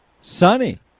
sunny